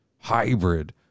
hybrid